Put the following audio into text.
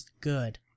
good